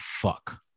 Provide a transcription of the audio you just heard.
fuck